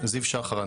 זיו שחר.